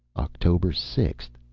october six,